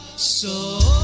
so